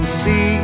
see